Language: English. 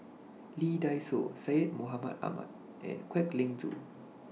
Lee Dai Soh Syed Mohamed Ahmed and Kwek Leng Joo